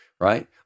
right